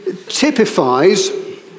typifies